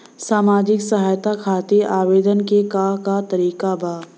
सामाजिक सहायता खातिर आवेदन के का तरीका बा?